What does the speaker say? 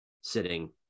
sitting